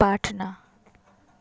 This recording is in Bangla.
পাটনা